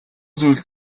зүйлд